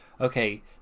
okay